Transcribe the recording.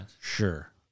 sure